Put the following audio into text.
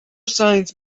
science